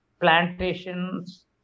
plantations